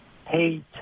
hate